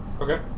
Okay